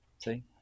See